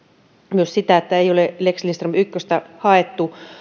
myös niin ettei ole lex lindström ykköstä haettu